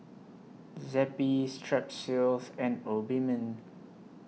Zappy Strepsils and Obimin